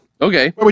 Okay